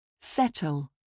Settle